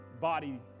body